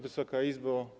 Wysoka Izbo!